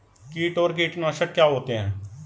कीट और कीटनाशक क्या होते हैं?